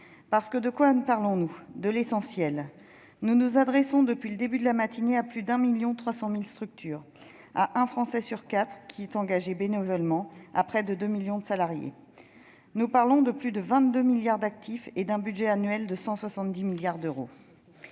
mieux ! De quoi parlons-nous ? De l'essentiel. Nous nous adressons, depuis le début de la matinée, à plus de 1,3 million de structures, à un Français sur quatre qui est engagé bénévolement, à près de 2 millions de salariés. Nous parlons de plus de 22 milliards d'actifs et d'un budget annuel de 170 milliards d'euros.